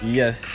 yes